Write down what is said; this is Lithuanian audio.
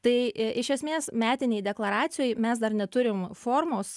tai i iš esmės metinėj deklaracijoj mes dar neturim formos